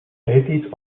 eighties